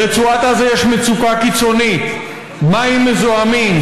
ברצועת עזה יש מצוקה קיצונית: מים מזוהמים,